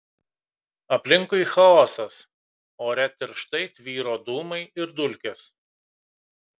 aplinkui chaosas ore tirštai tvyro dūmai ir dulkės